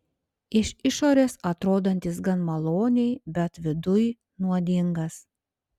iš išorės atrodantis gan maloniai bet viduj nuodingas